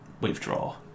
withdraw